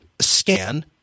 scan